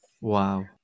wow